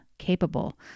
capable